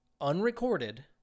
unrecorded